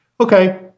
Okay